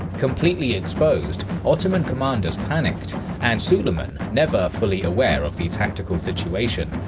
completely exposed, ottoman commanders panic and suleiman, never fully aware of the tactical situation,